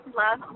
love